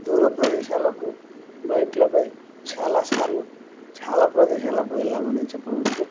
దూర ప్రదేశాలకు బైక్లపై చాలా సార్లు చాలా ప్రదేశాలకు వెళ్ళామనే చెప్పవచ్చు